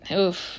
oof